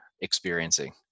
experiencing